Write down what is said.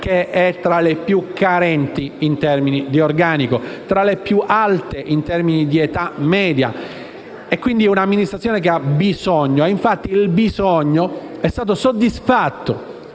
che è tra le più carenti in termini di organico e tra le più alte in termini di età media. Si tratta quindi un'amministrazione che ha bisogno ed infatti il bisogno è stato soddisfatto